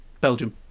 Belgium